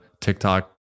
TikTok